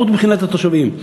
טעות מבחינת התושבים.